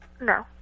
No